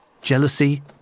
Jealousy